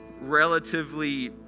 relatively